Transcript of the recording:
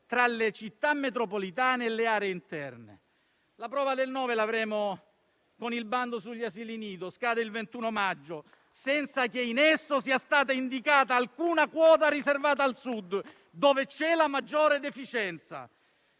tra le città metropolitane e le aree interne. La prova del nove l'avremo con il bando sugli asili nido: scade il 21 maggio senza che in esso sia stata indicata alcuna quota riservata al Sud, dove c'è la maggiore deficienza,